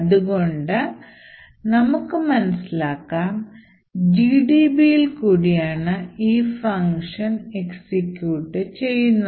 അതുകൊണ്ട് നമുക്ക് മനസ്സിലാക്കാം GDBഇൽ കൂടിയാണ് ഈ ഫംഗ്ഷൻ എക്സിക്യൂട്ട് ചെയ്യുന്നത്